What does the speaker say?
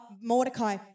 Mordecai